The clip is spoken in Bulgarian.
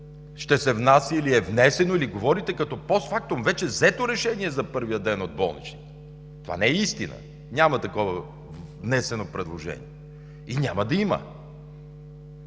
ще се внася или е внесено, или говорите като постфактум вече взето решение за първия ден от болничните. Това не е истина! Няма такова внесено предложение и няма да има!